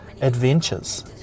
adventures